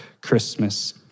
Christmas